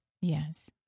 Yes